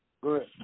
Good